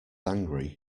angry